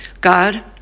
God